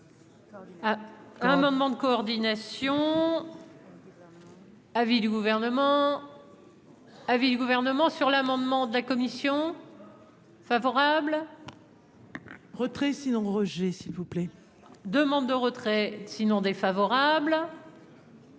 Un moment de coordination. Avis du Gouvernement avis du Gouvernement sur l'amendement de la commission favorable. Retrait sinon rejet s'il vous plaît. Demande de retrait sinon défavorable.